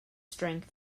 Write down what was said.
strength